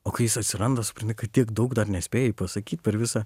o kai jis atsiranda supranti kad tiek daug dar nespėjai pasakyt per visą